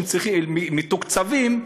שמתוקצבים,